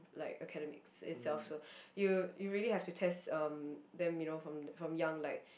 like academics itself so you you really have to test um them you know from from young like